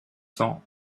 cents